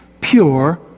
pure